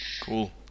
Cool